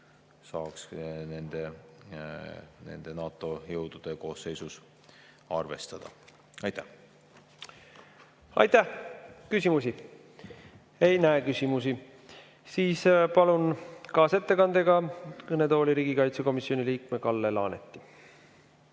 saaks nende NATO jõudude koosseisus arvestada. Aitäh! Aitäh! Küsimusi? Ei näe küsimusi. Palun kaasettekandega kõnetooli riigikaitsekomisjoni liikme Kalle Laaneti.